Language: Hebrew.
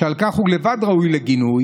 ועל כך לבד הוא ראוי לגינוי,